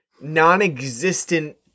non-existent